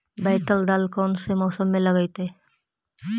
बैतल दाल कौन से मौसम में लगतैई?